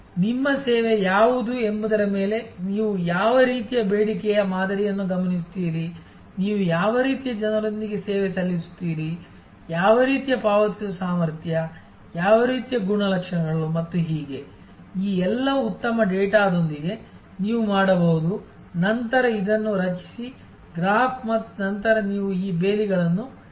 ಆದ್ದರಿಂದ ನಿಮ್ಮ ಸೇವೆ ಯಾವುದು ಎಂಬುದರ ಮೇಲೆ ನೀವು ಯಾವ ರೀತಿಯ ಬೇಡಿಕೆಯ ಮಾದರಿಗಳನ್ನು ಗಮನಿಸುತ್ತೀರಿ ನೀವು ಯಾವ ರೀತಿಯ ಜನರೊಂದಿಗೆ ಸೇವೆ ಸಲ್ಲಿಸುತ್ತೀರಿ ಯಾವ ರೀತಿಯ ಪಾವತಿಸುವ ಸಾಮರ್ಥ್ಯ ಯಾವ ರೀತಿಯ ಗುಣಲಕ್ಷಣಗಳು ಮತ್ತು ಹೀಗೆ ಈ ಎಲ್ಲ ಉತ್ತಮ ಡೇಟಾದೊಂದಿಗೆ ನೀವು ಮಾಡಬಹುದು ನಂತರ ಇದನ್ನು ರಚಿಸಿ ಗ್ರಾಫ್ ಮತ್ತು ನಂತರ ನೀವು ಈ ಬೇಲಿಗಳನ್ನು ರಚಿಸಬಹುದು